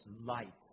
light